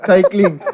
Cycling